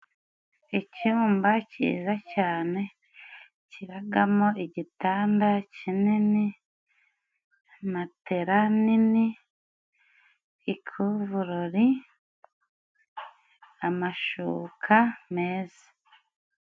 Icyumba cyiza cyane kibagamo igitanda kinini, matela nini, ikuvurori, amashuka meza.